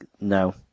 no